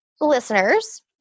listeners